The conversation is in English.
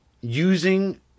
using